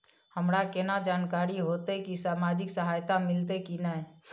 हमरा केना जानकारी होते की सामाजिक सहायता मिलते की नय?